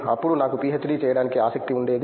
అప్పుడు నాకు పీహెచ్డీ చేయడానికి ఆసక్తి ఉండేది